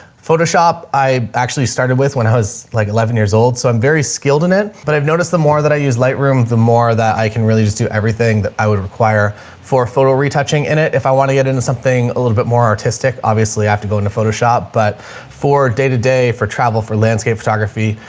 photoshop, i actually started with when i was like eleven years old. so i'm very skilled in it. but i've noticed the more that i use light room, the more that i can really just do everything that i would require for photo retouching in it. if i want to get into something a little bit more artistic, obviously i have to go into photoshop, but for day to day for travel, for landscape photography,